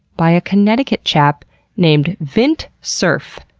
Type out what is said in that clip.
by a connecticut chap named vint cerf.